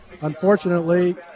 Unfortunately